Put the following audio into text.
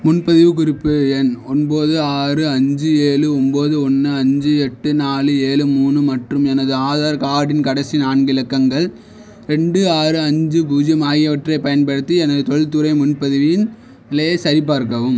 முன்பதிவு குறிப்பு எண் ஒன்பது ஆறு அஞ்சு ஏழு ஒம்பது ஒன்று அஞ்சு எட்டு நாலு ஏலு மூணு மற்றும் எனது ஆதார் கார்டின் கடைசி நான்கு இலக்கங்கள் ரெண்டு ஆறு அஞ்சு பூஜ்ஜியம் ஆகியவற்றைப் பயன்படுத்தி எனது தொழில்துறை முன்பதிவின் நிலையைச் சரிபார்க்கவும்